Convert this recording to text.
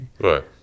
Right